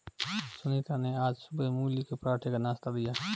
सुनीता ने आज सुबह मूली के पराठे का नाश्ता दिया